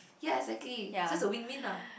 ya exactly so it's a win win lah